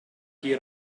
qui